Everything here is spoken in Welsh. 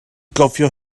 gofio